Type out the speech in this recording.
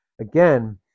Again